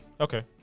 Okay